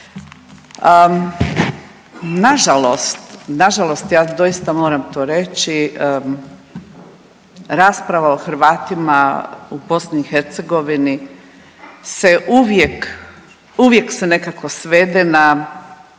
nažalost, ja doista moram to reći, rasprava o Hrvatima u BiH se uvijek, uvijek se nekako svede na,